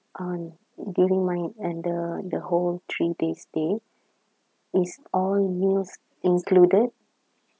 uh during my and the the whole three days stay is all meals included